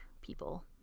people